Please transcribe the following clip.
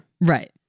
Right